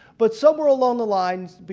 but somewhere along the line, but